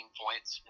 points